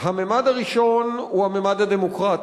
הממד הראשון הוא הממד הדמוקרטי.